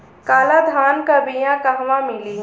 काला धान क बिया कहवा मिली?